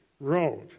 wrote